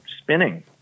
spinning